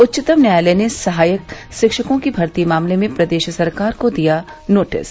उच्चतम न्यायालय ने सहायक शिक्षकों की भर्ती मामले में प्रदेश सरकार को दिया नोटिस